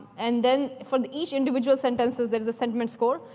and then for each individual sentence, there's there's a sentiment score.